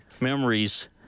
memories